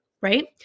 right